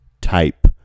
type